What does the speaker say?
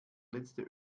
letzte